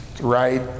right